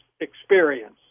experience